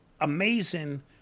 amazing